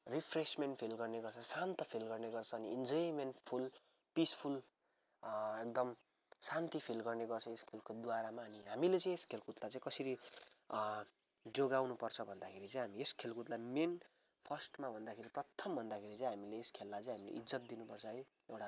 refreshment feel गर्ने गर्छन् शान्त फिल गर्ने गर्छन् इनजोयमेन्ट फुल पिसफुल एकदम शान्ति फिल गर्ने गर्छ यस खेलकुदकोद्वारामा हामीले चाहिँ यस खेलकुदलाई कसरी जोगाउनु पर्छ भन्दाखेरि चाहिँ हामी यस खेलकुदलाई मेन फर्स्टमा भन्दाखेरि प्रथम भन्दाखेरि चाहिँ हामीले यस खेललाई इज्जत दिनुपर्छ है एउटा